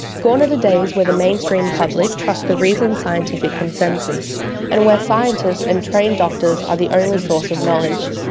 gone are the days where the mainstream public trust the reasoned scientific consensus and where scientists and trained doctors are the only source of knowledge.